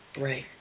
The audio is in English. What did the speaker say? Right